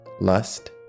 lust